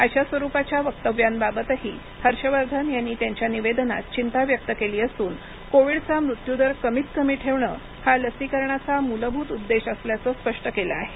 अशा स्वरुपाच्या वक्तव्यांबाबबतही हर्षवर्धन यांनी त्यांच्या निवेदनात चिंता व्यक्त केली असून कोविडचा मृत्यू दर कमीत कमी ठेवणे हा लसीकरणाचा मूलभूत उद्देश असल्याचं स्पष्ट केलं आहे